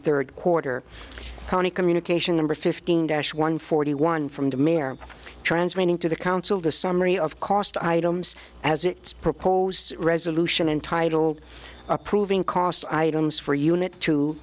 third quarter county communication number fifteen dash one forty one from the mer transmitting to the council the summary of cost items as its proposed resolution entitled approving cost items for unit to